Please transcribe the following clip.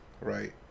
right